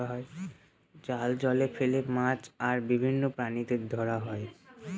জাল জলে ফেলে মাছ আর বিভিন্ন প্রাণীদের ধরা হয়